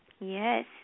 Yes